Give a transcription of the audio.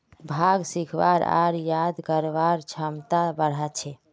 भांग सीखवार आर याद करवार क्षमता बढ़ा छे